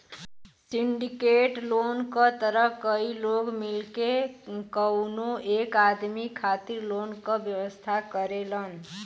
syndicate loan क तहत कई लोग मिलके कउनो एक आदमी खातिर लोन क व्यवस्था करेलन